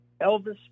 Elvis